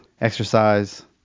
exercise